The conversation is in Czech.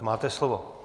Máte slovo.